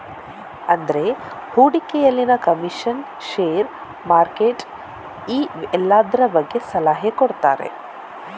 ಅಂದ್ರೆ ಹೂಡಿಕೆಯಲ್ಲಿನ commission, share, market ಈ ಎಲ್ಲದ್ರ ಬಗ್ಗೆ ಸಲಹೆ ಕೊಡ್ತಾರೆ